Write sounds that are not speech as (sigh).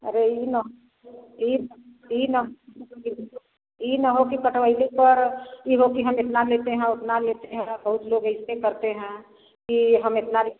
अरे यह ना यह ना यह ना यह ना हो कि कटवइले पर यह हो कि हम इतना लेते हैं उतना लेते हैं बहुत लोग ऐसे करते हैं कि हम इतना (unintelligible)